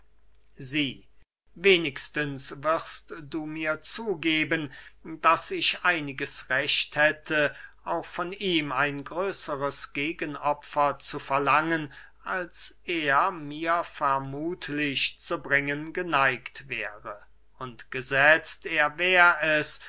sie wenigstens wirst du mir zugeben daß ich einiges recht hätte auch von ihm ein größeres gegenopfer zu verlangen als er mir vermuthlich zu bringen geneigt wäre und gesetzt er wär es